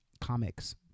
comics